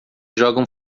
jogam